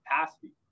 capacity